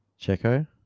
Checo